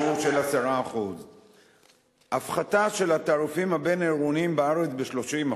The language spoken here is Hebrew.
בשיעור של 10%. הפחתה של התעריפים הבין-עירוניים בארץ ב-30%.